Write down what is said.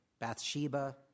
Bathsheba